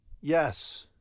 Yes